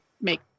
make